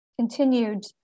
continued